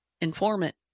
Informant